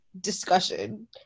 discussion